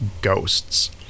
ghosts